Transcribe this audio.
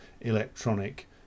electronic